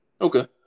Okay